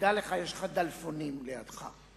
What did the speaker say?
תדע לך, יש לך "דלפונים" לידך,